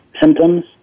symptoms